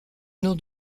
nom